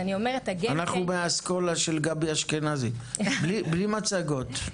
אנחנו מהאסכולה של גבי אשכנזי, בלי מצגות.